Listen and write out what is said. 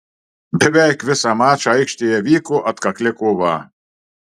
beveik visą mačą aikštėje vyko atkakli kova